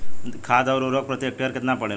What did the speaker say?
खाध व उर्वरक प्रति हेक्टेयर केतना पड़ेला?